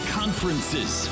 conferences